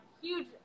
huge